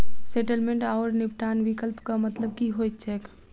Settlement आओर निपटान विकल्पक मतलब की होइत छैक?